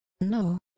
No